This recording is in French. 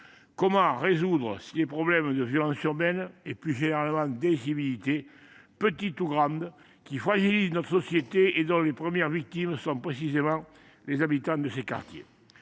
Comment résoudre les problèmes de violence urbaine et, plus généralement, d’incivilité, petite ou grande, qui fragilisent notre société et dont les premières victimes sont précisément les habitants des quartiers